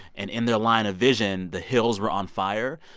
and in their line of vision, the hills were on fire.